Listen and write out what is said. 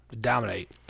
Dominate